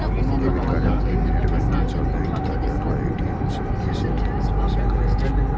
debit कार्डक PIN net banking सं, bank जाके अथवा ए.टी.एम सं रीसेट कैल जा सकैए